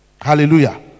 Hallelujah